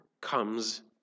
comes